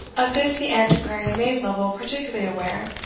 of this the antiquary made lovel particularly aware,